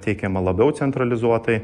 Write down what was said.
teikiama labiau centralizuotai